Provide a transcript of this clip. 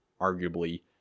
arguably